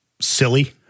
silly